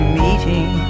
meeting